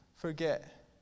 forget